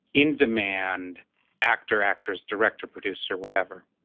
in-demand actor actress director producer whatever,